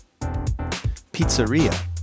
Pizzeria